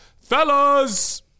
fellas